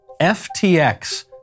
FTX